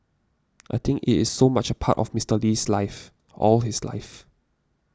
I think it is so much a part of Mister Lee's life all his life